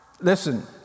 Listen